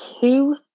two